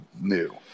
new